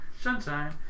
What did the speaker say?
sunshine